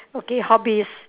okay hobbies